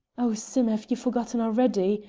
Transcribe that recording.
oh, sim, have you forgotten already?